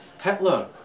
Hitler